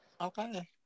Okay